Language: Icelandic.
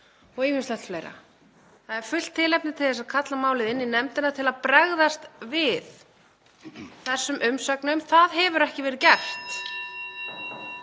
og ýmislegt fleira. Það er fullt tilefni til þess að kalla málið inn í nefndina til að bregðast við þessum umsögnum. Það hefur ekki verið gert